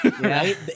Right